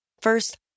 First